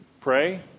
pray